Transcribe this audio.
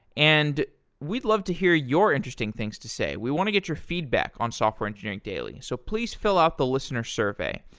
and we'd love to hear your interesting things to say. we want to get your feedback on software engineering daily, so please fill up the listener s survey.